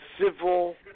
civil